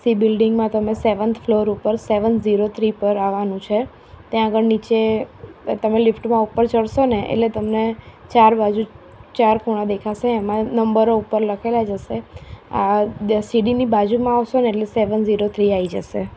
C બિલ્ડિંગમાં તમે seventh floor ઉપર સેવન ઝીરો થ્રી પર આવાનું છે ત્યાં આગળ નીચે તમે લીફ્ટમાં ઉપર ચડશોને એટલે તમને ચાર બાજુ ચાર ખૂણા દેખાશે એમાં નંબરો ઉપર લખેલા જ હશે આ સીડીની બાજુમાં આવશોને એટલે સેવન ઝીરો થ્રી આવી જશે